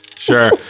Sure